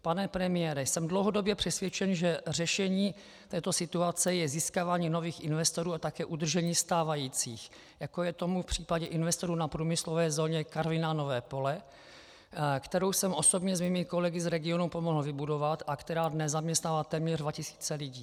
Pane premiére, jsem dlouhodobě přesvědčen, že řešení této situace je v získávání nových investorů a také udržení stávajících, jako je tomu v případě investorů na průmyslové zóně Karviná Nové Pole, kterou jsem osobně se svými kolegy z regionu pomohl vybudovat a která dnes zaměstnává téměř 2 tis. lidí.